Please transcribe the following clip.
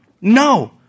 no